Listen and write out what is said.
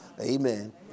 Amen